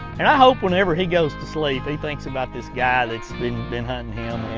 and i hope whenever he goes to sleep, he thinks about this guy that's been been hunting him.